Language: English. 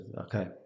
Okay